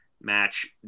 match